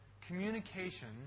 communication